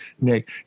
Nick